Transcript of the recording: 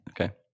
Okay